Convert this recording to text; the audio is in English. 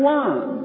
one